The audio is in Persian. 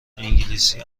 انگلیسی